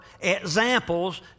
examples